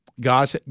God